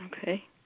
Okay